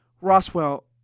Roswell